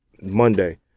Monday